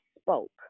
spoke